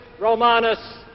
Romanus